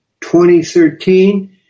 2013